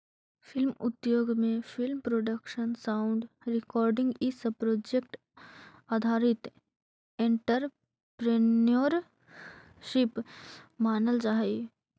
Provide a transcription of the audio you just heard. film उद्योग में film production sound recording इ सब प्रोजेक्ट आधारित एंटरप्रेन्योरशिप मानल जा हई